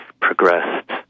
progressed